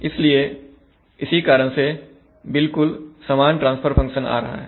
इसलिए इसी कारण से बिल्कुल समान ट्रांसफर फंक्शन आ रहा है